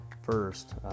first